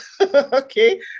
okay